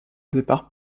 départ